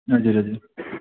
हजुर हजुर